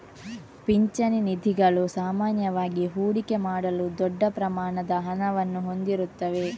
ಪಿಂಚಣಿ ನಿಧಿಗಳು ಸಾಮಾನ್ಯವಾಗಿ ಹೂಡಿಕೆ ಮಾಡಲು ದೊಡ್ಡ ಪ್ರಮಾಣದ ಹಣವನ್ನು ಹೊಂದಿರುತ್ತವೆ